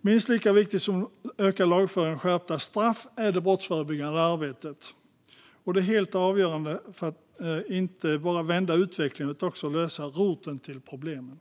Minst lika viktigt som ökad lagföring och skärpta straff är det brottsförebyggande arbetet. Det är helt avgörande för att inte bara vända utvecklingen utan också lösa roten till problemen.